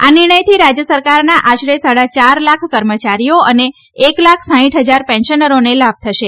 આ નિર્ણયથી રાજય સરકારના આશરે સાડા ચાર લાખ કર્મચારીઓ અને એક લાખ સાઇઠ હજાર પેન્શનરોને લાભ થશે